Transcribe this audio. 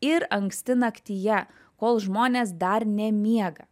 ir anksti naktyje kol žmonės dar nemiega